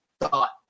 thought